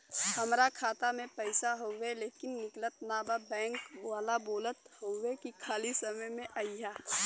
हमार खाता में पैसा हवुवे लेकिन निकलत ना बा बैंक वाला बोलत हऊवे की खाली समय में अईहा